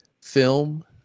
film